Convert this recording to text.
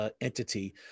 entity